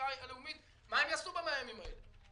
הספרייה הלאומית מה הם יעשו ב-100 הימים האלה?